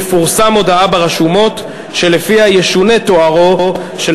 תפורסם הודעה ברשומות שלפיה ישונה תוארו של